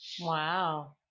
Wow